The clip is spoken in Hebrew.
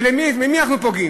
במי אנחנו פוגעים?